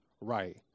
right